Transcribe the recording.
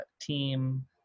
team